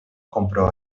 compró